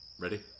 Ready